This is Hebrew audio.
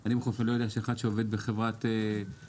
אני לא ידעתי שמי שעובד בחברת טבעול,